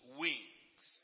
wings